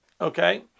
Okay